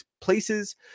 places